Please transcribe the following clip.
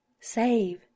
Save